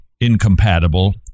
incompatible